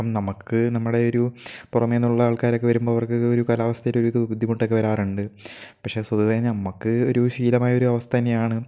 ഇപ്പം നമുക്ക് നമ്മുടെ ഒരു പുറമെനിന്നുള്ള ആൾക്കാരൊക്കെ വരുമ്പോൾ അവർക്ക് ഒരു കാലാവസ്ഥയിൽ ഒരു ബുദ്ധിമുട്ടൊക്കെ വരാറുണ്ട് പക്ഷേ സ്വതവേ നമുക്ക് ഒരു ശീലമായ ഒരു അവസ്ഥ തന്നെയാണ്